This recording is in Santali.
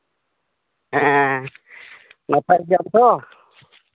ᱦᱮᱸ ᱱᱟᱯᱟᱭ ᱜᱮᱭᱟᱢ ᱛᱚ